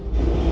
mm